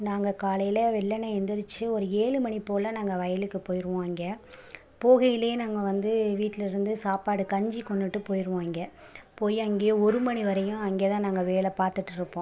நாங்கள் காலையில் வெள்ளன எழுந்திருச்சு ஒரு ஏலு மணி போல் நாங்கள் வயலுக்கு போயிருவோம் அங்கே போகையிலே நாங்கள் வந்து வீட்லேருந்து சாப்பாடு கஞ்சி கொண்டுகிட்டு போயிருவோம் அங்கே போய் அங்கேயே ஒரு மணி வரையும் அங்கே தான் நாங்கள் வேலை பார்த்துட்ருப்போம்